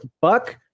Buck